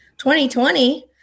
2020